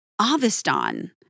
Avestan